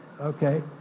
Okay